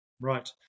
Right